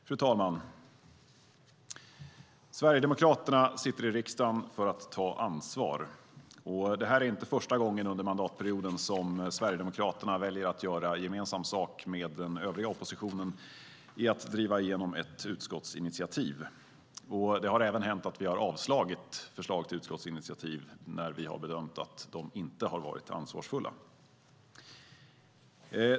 Fru talman! Sverigedemokraterna sitter i riksdagen för att ta ansvar, och det här är inte första gången under mandatperioden som Sverigedemokraterna väljer att göra gemensam sak med den övriga oppositionen för att driva igenom ett utskottsinitiativ. Det har även hänt att vi har avslagit förslag till utskottsinitiativ när vi har bedömt att de inte har varit ansvarsfulla.